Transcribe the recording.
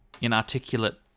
inarticulate